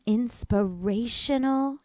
inspirational